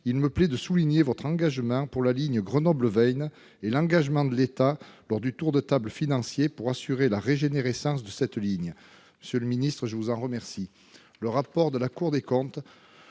Il me plaît de souligner votre engagement pour la ligne Grenoble-Veynes et l'engagement de l'État lors du tour de table financier pour assurer la régénérescence de cette ligne. Monsieur le secrétaire d'État, je vous en remercie.